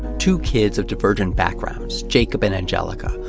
two kids of divergent backgrounds, jacob and angelica,